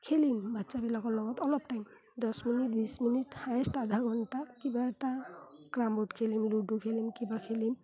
খেলিম বাচ্ছাবিলাকৰ লগত অলপ টাইম দহ মিনিট বিছ মিনিট হায়েষ্ট আধা ঘণ্টা কিবা এটা ক্ৰাম বৰ্ড খেলিম লুডু খেলিম কিবা খেলিম